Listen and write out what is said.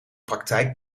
praktijk